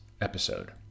episode